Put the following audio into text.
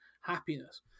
happiness